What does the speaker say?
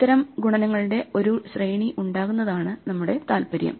അത്തരം ഗുണനങ്ങളുടെ ഒരു ശ്രേണി ഉണ്ടാകുന്നതാണ് നമ്മുടെ താൽപ്പര്യം